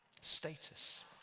status